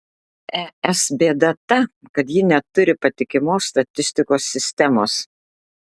es bėda ta kad ji neturi patikimos statistikos sistemos